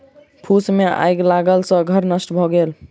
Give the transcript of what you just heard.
फूस मे आइग लगला सॅ घर नष्ट भ गेल